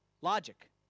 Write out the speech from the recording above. Logic